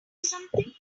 something